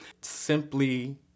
simply